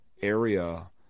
area